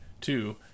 two